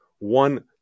One